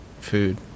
food